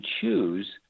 choose